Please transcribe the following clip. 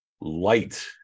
light